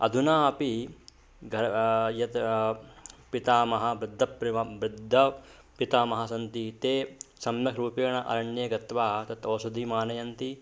अधुना अपि घर् यत् पितामहः वृद्धप्रिवं वृद्धाः पितामहाः सन्ति ते सम्यक् रूपेण अरण्ये गत्वा तत् ओषधिम् आनयन्ति